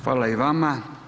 Hvala i vama.